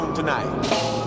tonight